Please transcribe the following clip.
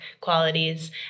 qualities